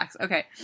Okay